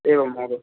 एवं महोदय